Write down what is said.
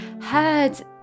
heard